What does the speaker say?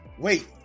Wait